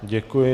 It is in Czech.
Děkuji.